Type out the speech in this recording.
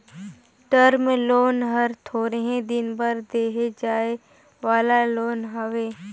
term loan हर थोरहें दिन बर देहे जाए वाला लोन हवे